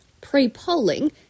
Pre-polling